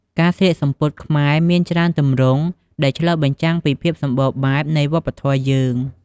ការស្លៀកសំពត់ខ្មែរមានច្រើនទម្រង់ដែលឆ្លុះបញ្ចាំងពីភាពសម្បូរបែបនៃវប្បធម៌យើង។